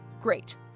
great